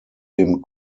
dem